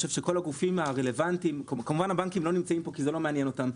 כמובן, הבנקים לא נמצאים פה כי זה לא מעניין אותם.